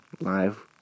live